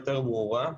יותר ברורה,